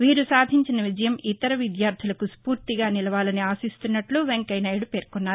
వీరు సాధించిన విజయం ఇతర విద్యార్దులకు స్ఫూర్తిగా నిలవాలని ఆశిస్తున్నట్లు వెంకయ్య నాయుడు పేర్కొన్నారు